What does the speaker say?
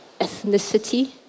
ethnicity